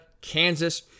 Kansas